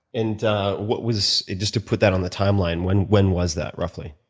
and what was just to put that on the timeline, when when was that roughly?